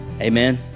Amen